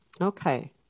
Okay